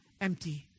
empty